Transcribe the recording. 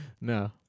no